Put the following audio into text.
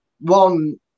one